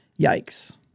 yikes